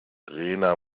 rena